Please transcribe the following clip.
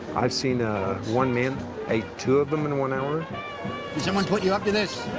i've seen ah one man ate two of them in one hour. did someone put you up to this?